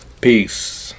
Peace